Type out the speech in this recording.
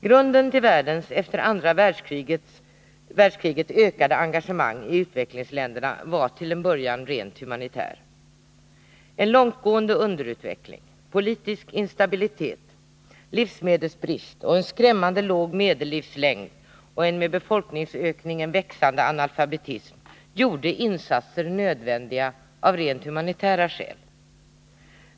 Grunden till världens efter andra världskriget ökade engagemang i utvecklingsländerna var till en början rent humanitär. En långtgående underutveckling, politisk instabilitet, livsmedelsbrist, en skrämmande låg medellivslängd och en med befolkningsökningen växande analfabetism gjorde insatser nödvändiga av rent humanitära skäl.